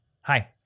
hi